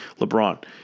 LeBron